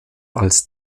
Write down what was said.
als